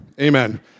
amen